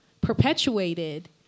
perpetuated